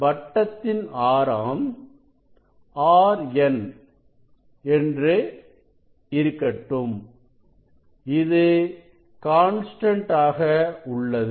வட்டத்தின் ஆரம் r n என்று இருக்கட்டும் இது கான்ஸ்டன்ட் ஆக உள்ளது